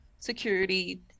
Security